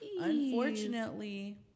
Unfortunately